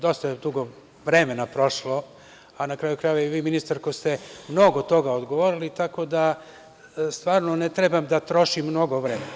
Dosta je dugo vremena prošlo, a na kraju krajeva i vi ministarko ste mnogo toga odgovorili, tako da stvarno ne treba da trošim mnogo vremena.